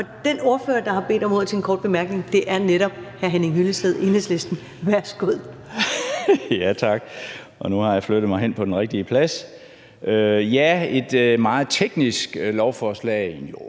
Og den ordfører, der har bedt om ordet til en kort bemærkning, er netop hr. Henning Hyllested, Enhedslisten. Værsgo. Kl. 21:07 Henning Hyllested (EL): Tak, og nu har jeg flyttet mig hen på den rigtige plads. Ja, det er et meget teknisk lovforslag, joh, men